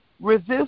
Resist